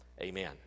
Amen